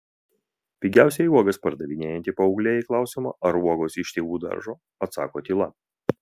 pigiausiai uogas pardavinėjanti paauglė į klausimą ar uogos iš tėvų daržo atsako tyla